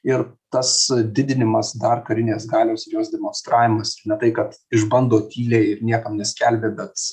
ir tas didinimas dar karinės galios ir jos demonstravimas ir ne tai kad išbando tyliai niekam neskelbia bet